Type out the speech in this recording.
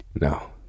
No